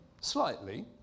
slightly